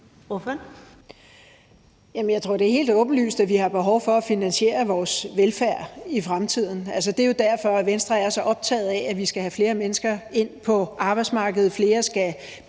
jeg tror, det er helt åbenlyst, at vi har behov for at finansiere vores velfærd i fremtiden. Altså, det er jo derfor, at Venstre er så optaget af, at vi skal have flere mennesker ind på arbejdsmarkedet, at flere skal bidrage